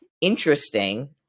interesting